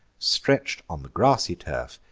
stretch'd on the grassy turf,